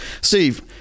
Steve